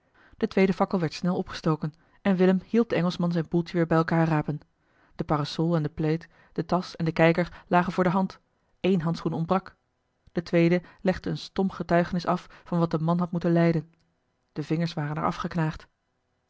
de tweede fakkel werd snel opgestoken en willem hielp den engelschman zijn boeltje weer bij elkaar rapen de parasol en de plaid de tasch en de kijker lagen voor de hand éen handschoen ontbrak de tweede legde een stom getuigenis af van wat de man had moeten lijden de vingers waren er afgeknaagd